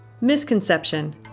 Misconception